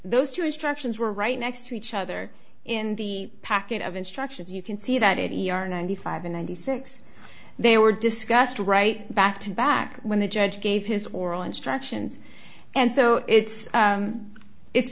those two instructions were right next to each other in the packet of instructions you can see that it either ninety five and ninety six they were discussed right back to back when the judge gave his oral instructions and so it's it's